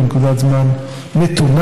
בנקודת זמן נתונה,